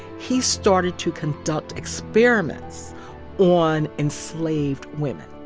he started to conduct experiments on enslaved women.